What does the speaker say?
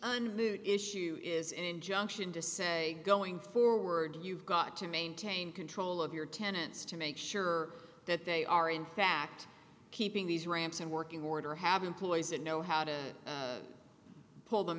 moot issue is an injunction to say going forward you've got to maintain control of your tenants to make sure that they are in fact keeping these ramps in working order have employees that know how to pull them